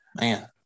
man